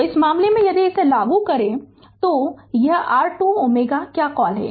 तो इस मामले में यदि इसे लागू करें तो यह r 2 Ω क्या कॉल है